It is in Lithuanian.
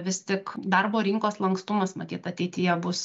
vis tik darbo rinkos lankstumas matyt ateityje bus